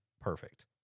perfect